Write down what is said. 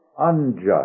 unjust